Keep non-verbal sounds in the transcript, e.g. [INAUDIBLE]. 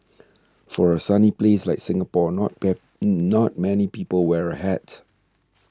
for a sunny place like Singapore not [UNINTELLIGIBLE] not many people wear a hat